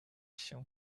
się